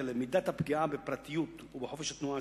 את אלה: מידת הפגיעה בפרטיות ובחופש התנועה